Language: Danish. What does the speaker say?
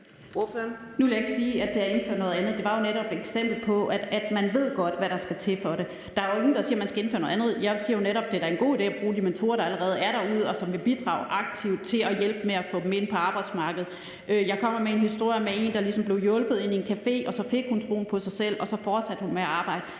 Nu vil jeg ikke sige, at der er indført noget andet. Det var netop et eksempel på, at man godt ved, hvad der skal til for det. Der er jo ingen, der siger, man skal indføre noget andet. Jeg siger netop, at det er en god idé at bruge de mentorer, der allerede er derude, og som vil bidrage aktivt til at hjælpe med at få dem ind på arbejdsmarkedet. Jeg kommer med en historie om en, der ligesom blev hjulpet ind i en café, og så fik hun troen på sig selv, og så fortsatte hun med at arbejde.